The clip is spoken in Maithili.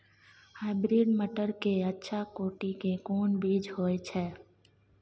हाइब्रिड मटर के अच्छा कोटि के कोन बीज होय छै?